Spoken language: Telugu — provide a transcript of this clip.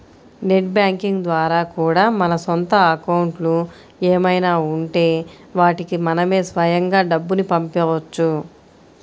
నెట్ బ్యాంకింగ్ ద్వారా కూడా మన సొంత అకౌంట్లు ఏమైనా ఉంటే వాటికి మనమే స్వయంగా డబ్బుని పంపవచ్చు